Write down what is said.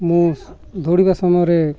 ମୁଁ ଦୌଡ଼ିବା ସମୟରେ